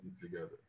together